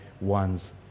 one's